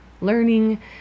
learning